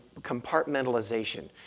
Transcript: Compartmentalization